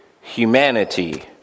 humanity